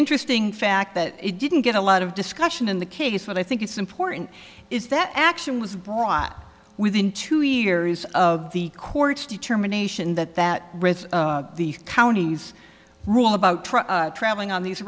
interesting fact that it didn't get a lot of discussion in the case but i think it's important is that action was brought within two years of the court's determination that that with the counties rule about traveling on these